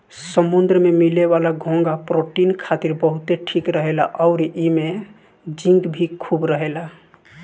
समुंद्र में मिले वाला घोंघा प्रोटीन खातिर बहुते ठीक रहेला अउरी एइमे जिंक भी खूब रहेला